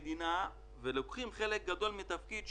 מוצרי היגיינה וציוד חירום בהיקף של מאות מיליוני שקלים,